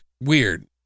weird